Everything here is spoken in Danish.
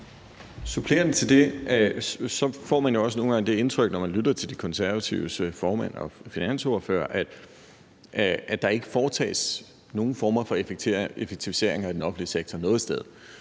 supplement til det får man jo også nogle gange det indtryk, når man lytter til De Konservatives formand og finansordfører, at der ikke foretages nogen former for effektiviseringer i den offentlige sektor noget sted.